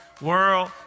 world